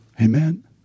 Amen